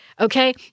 okay